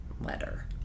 letter